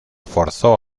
forzó